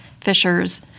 Fishers